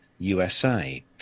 USA